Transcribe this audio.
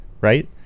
right